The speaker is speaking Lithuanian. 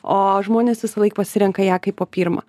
o žmonės visą laik pasirenka ją kaip po pirmą